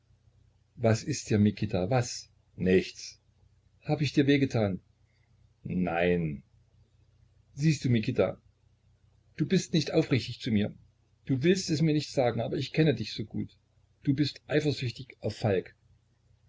was ist dir mikita was nichts hab ich dir weh getan nein siehst du mikita du bist nicht aufrichtig zu mir du willst es mir nicht sagen aber ich kenne dich so gut du bist eifersüchtig auf falk